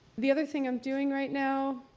the other thing i'm doing right now,